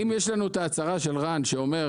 אם יש לנו את ההצהרה של רן שאומר,